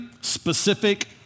specific